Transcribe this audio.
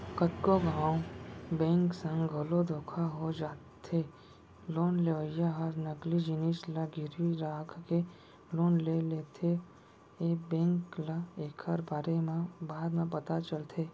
कतको घांव बेंक संग घलो धोखा हो जाथे लोन लेवइया ह नकली जिनिस ल गिरवी राखके लोन ले लेथेए बेंक ल एकर बारे म बाद म पता चलथे